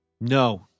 No